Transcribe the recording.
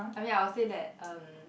I mean I will say that um